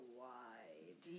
wide